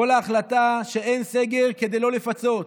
כל ההחלטה שאין סגר כדי לא לפצות,